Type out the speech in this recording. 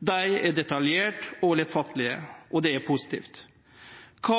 Dei er detaljerte og lettfattelege, og det er positivt. Kva